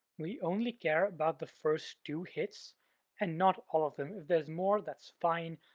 we only care about the first two hits and not all of them. if there's more, that's fine.